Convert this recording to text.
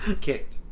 kicked